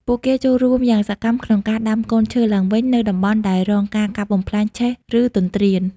ពួកគេចូលរួមយ៉ាងសកម្មក្នុងការ ដាំកូនឈើឡើងវិញ នៅតំបន់ដែលរងការកាប់បំផ្លាញ ឆេះ ឬទន្ទ្រាន។